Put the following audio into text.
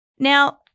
Now